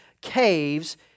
caves